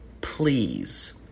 please